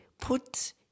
put